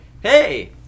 hey –